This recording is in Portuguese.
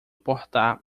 suportar